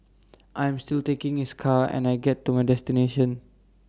I am still taking his car and I get to my destination